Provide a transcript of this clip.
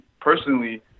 personally